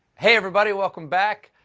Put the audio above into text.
hey, everybody, welcome back.